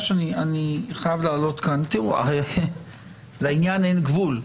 תראו, לעניין אין גבול.